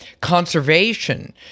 conservation